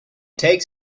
takes